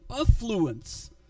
affluence